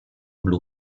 blu